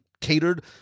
catered